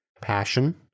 passion